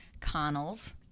Connell's